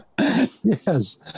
Yes